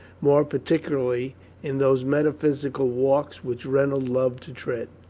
more particularly in those metaphysical walks which reynolds loved to tread.